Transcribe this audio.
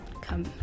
come